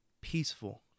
peaceful